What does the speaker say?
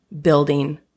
building